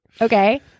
Okay